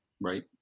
right